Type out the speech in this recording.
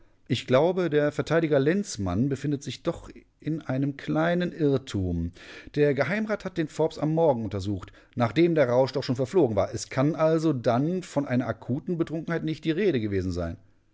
ich glaube der verteidiger lenzmann befindet sich doch in einem kleinen irrtum der geheimrat hat den forbes am morgen untersucht nachdem der rausch doch schon verflogen war es kann also dann von einer akuten betrunkenheit nicht die rede gewesen sein